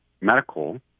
medical